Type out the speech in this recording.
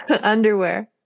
underwear